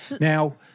Now